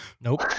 Nope